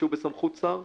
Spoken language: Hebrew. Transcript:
שהוא בסמכות שר,